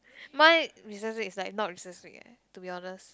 my recess week is like not recess week eh to be honest